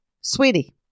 sweetie